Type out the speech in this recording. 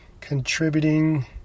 contributing